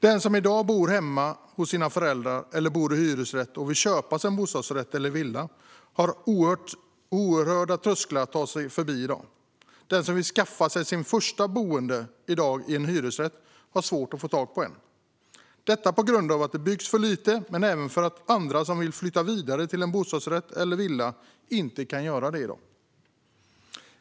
Den som i dag bor hemma hos sina föräldrar eller bor i hyresrätt och vill köpa sig en bostadsrätt eller villa har oerhörda trösklar att ta sig förbi. Den som i dag vill skaffa sitt första boende i en hyresrätt har svårt att få tag på någon. Detta beror på att det byggs för lite men även för att andra som vill flytta vidare till en bostadsrätt eller villa inte kan göra det.